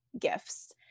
gifts